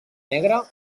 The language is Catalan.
negre